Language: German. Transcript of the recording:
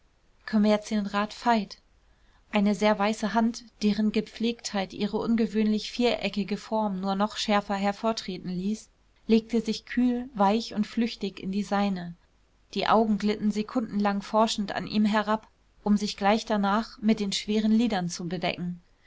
kommerzienrat veit eine sehr weiße hand deren gepflegtheit ihre ungewöhnlich viereckige form nur noch schärfer hervortreten ließ legte sich kühl weich und flüchtig in die seine die augen glitten sekundenlang forschend an ihm herab um sich gleich danach mit den schweren lidern zu bedecken